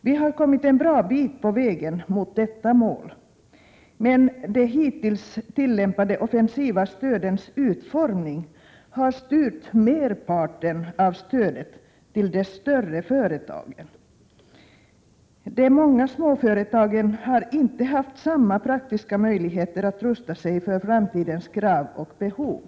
Vi har kommit en bra bit på vägen mot detta mål, men de hittills tillämpade offensiva stödens utformning har styrt merparten av stödet till de större företagen. De många småföretagen har inte haft samma praktiska möjligheter att rusta sig för framtidens krav och behov.